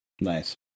Nice